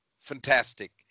fantastic